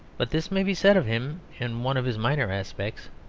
but this may be said of him in one of his minor aspects,